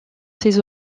ses